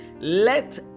let